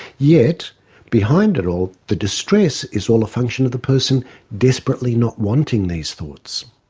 yet behind it all, the distress is all a function of the person desperately not wanting these thoughts.